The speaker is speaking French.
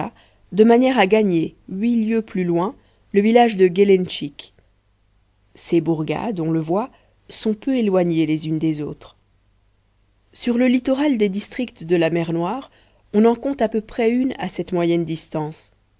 de manière à gagner huit lieues plus loin le village de gélendschik ces bourgades on le voit sont peu éloignées les unes des autres sur le littoral des districts de la mer noire on en compte à peu près une à cette moyenne distance